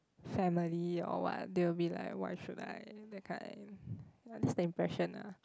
family or what they will be like why should I that kind that's the impression ah